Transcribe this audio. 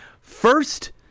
First